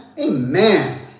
Amen